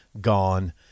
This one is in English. gone